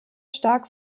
stark